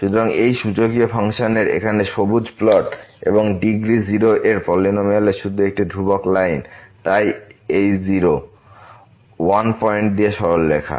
সুতরাং এই সূচকীয় ফাংশনের এখানে সবুজ প্লট এবং ডিগ্রী 0 এর এই পলিনমিয়াল শুধু একটি ধ্রুবক লাইন তাই এই 0 1 পয়েন্ট দিয়ে সরলরেখা